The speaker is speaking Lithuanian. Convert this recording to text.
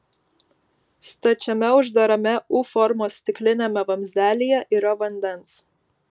stačiame uždarame u formos stikliniame vamzdelyje yra vandens